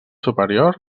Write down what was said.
superior